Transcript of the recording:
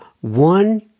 one